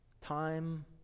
time